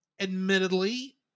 Admittedly